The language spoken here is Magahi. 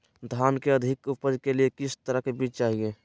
धान की अधिक उपज के लिए किस तरह बीज चाहिए?